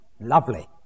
Lovely